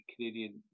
canadian